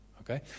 Okay